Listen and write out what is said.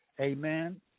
amen